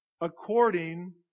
according